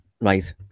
right